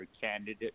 candidate